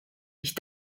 ich